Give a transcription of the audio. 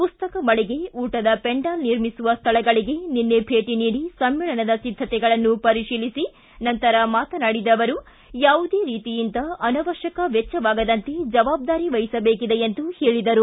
ಪುಸ್ತಕ ಮಳಗೆ ಊಟದ ಪೆಂಡಾಲ ನಿರ್ಮಿಸುವ ಸ್ಥಳಗಳಗೆ ನಿನ್ನೆ ಭೇಟ ನೀಡಿ ಸಮ್ಮೇಳನದ ಸಿದ್ದತೆಗಳನ್ನು ಪರಿಶೀಲಿಬ ಮಾತನಾಡಿದ ಅವರು ಯಾವುದೇ ರೀತಿಯಿಂದ ಅನವಶ್ವಕ ವೆಚ್ಚವಾಗದಂತೆ ಜವಾಬ್ದಾರಿ ವಹಿಸಬೇಕಿದೆ ಎಂದು ಹೇಳಿದರು